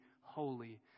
holy